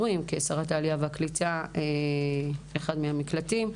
כשרת העלייה והקליטה לאחד הסיורים באחד המקלטים,